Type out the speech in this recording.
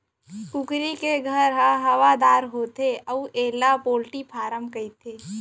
कुकरी के घर ह हवादार होथे अउ एला पोल्टी फारम कथें